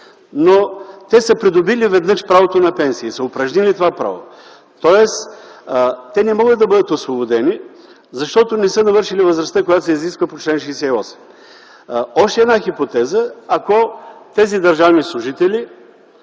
но те са придобили веднъж правото на пенсия и са го упражнили. Тоест те не могат да бъдат освободени, защото не са навършили възрастта, която се изисква по чл. 68. Още една хипотеза има – ако тези държавни служители